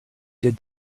did